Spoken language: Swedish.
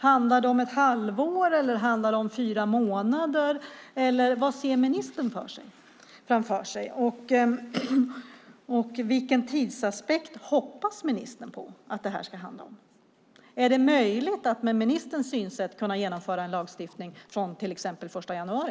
Handlar det om ett halvår eller fyra månader? Vad ser ministern framför sig? Vilken tid hoppas ministern att det ska handla om? Är det möjligt, med ministerns synsätt, att genomföra en lagstiftning till exempel från den 1 januari?